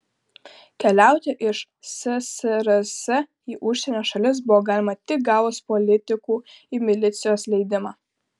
keliauti iš ssrs į užsienio šalis buvo galima tik gavus politikų ir milicijos leidimą